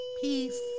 Peace